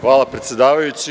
Hvala, predsedavajući.